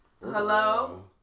Hello